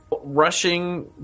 rushing